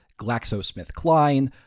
GlaxoSmithKline